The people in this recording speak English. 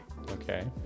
Okay